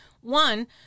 One